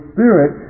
Spirit